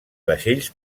vaixells